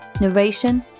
Narration